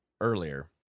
earlier